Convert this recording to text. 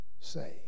say